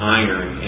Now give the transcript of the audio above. iron